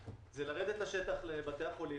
היא לרדת לשטח, לבתי החולים,